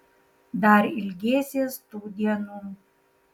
dar ilgėsies tų dienų